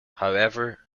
however